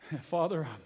Father